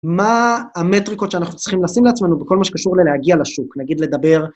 מה המטריקות שאנחנו צריכים לשים לעצמנו בכל מה שקשור ללהגיע לשוק, נגיד לדבר...